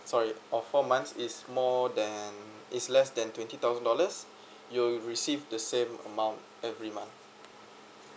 sorry of four months is more than is less than twenty thousand dollars you'll receive the same amount every month